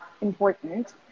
important